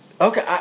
Okay